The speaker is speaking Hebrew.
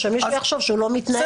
או שמישהו יחשוב שהוא לא מתנהל,